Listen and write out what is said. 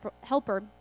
helper